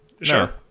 Sure